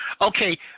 Okay